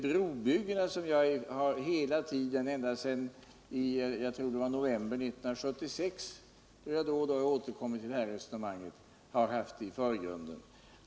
Ända sedan november 1976 har jag satt brobyggena i förgrunden när jag då och då har återkommit till detta resonmenag.